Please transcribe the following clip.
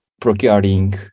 procuring